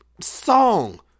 song